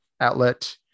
outlet